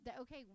okay